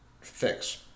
fix